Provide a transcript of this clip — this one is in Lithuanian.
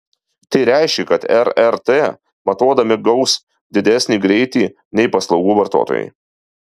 tai reiškia kad rrt matuodami gaus didesnį greitį nei paslaugų vartotojai